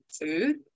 food